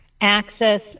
access